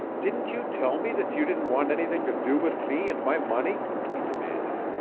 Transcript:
didn't you tell me that you didn't want anything to do with me and my money? he demanded.